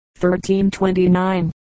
1329